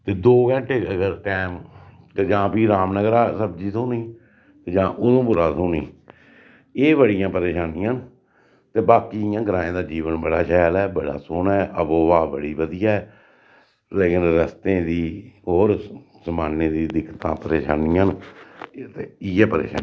ते दो घैंटे अगर टैम ते जां फ्ही रामनगरा सब्जी थ्होनी ते जां उधमपुरा सब्जी थ्होनी एह् बड़ियां परेशानियां न ते बाकी इ'यां ग्राएं दा जीवन बड़ा शैल ऐ बड़ा सोह्ना ऐ आबो हवा बड़ी बधिया ऐ लेकिन रस्तें दी होर समानै दी दिक्कतां परेशानियां न ते इ'यै परेशानी